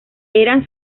eran